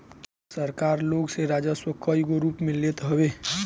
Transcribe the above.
सरकार लोग से राजस्व कईगो रूप में लेत हवे